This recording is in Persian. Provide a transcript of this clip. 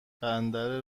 بندر